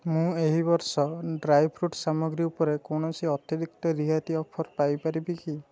ମୁଁ ଏହି ବର୍ଷ ଡ୍ରାଏ ଫ୍ରୁଟ୍ ସାମଗ୍ରୀ ଉପରେ କୌଣସି ଅତିରିକ୍ତ ରିହାତି ଅଫର୍ ପାଇ ପାରିବି କି